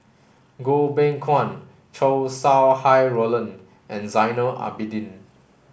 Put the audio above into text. Goh Beng Kwan Chow Sau Hai Roland and Zainal Abidin